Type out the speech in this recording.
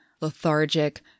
lethargic